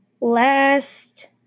Last